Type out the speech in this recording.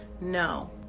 No